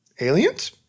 aliens